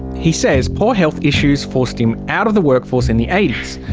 he says poor health issues forced him out of the workforce in the eighty s,